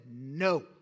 no